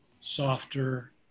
softer